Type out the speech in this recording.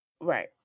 right